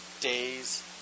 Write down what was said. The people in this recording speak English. days